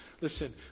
listen